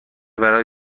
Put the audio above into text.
برای